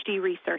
research